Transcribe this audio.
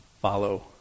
follow